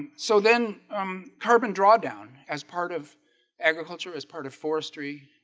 so then um carbon drawdown as part of agriculture as part of forestry